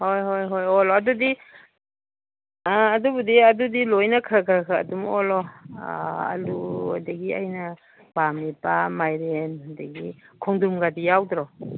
ꯍꯣꯏ ꯍꯣꯏ ꯍꯣꯏ ꯑꯣꯜꯂꯣ ꯑꯗꯨꯗꯤ ꯑꯥ ꯑꯗꯨꯕꯨꯗꯤ ꯑꯗꯨꯗꯤ ꯂꯣꯏꯅ ꯈꯔ ꯈꯔ ꯈꯔ ꯑꯗꯨꯝ ꯑꯣꯜꯂꯣ ꯑꯥꯂꯨ ꯑꯗꯒꯤ ꯑꯩꯅ ꯄꯥꯝꯃꯤꯕ ꯃꯥꯏꯔꯦꯟ ꯑꯗꯒꯤ ꯈꯣꯡꯗ꯭ꯔꯨꯝꯒꯗꯤ ꯌꯥꯎꯗ꯭ꯔꯣ